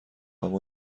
اما